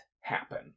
happen